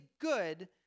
good